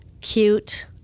cute